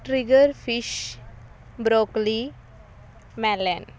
triggerfish broccoli melon